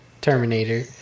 Terminator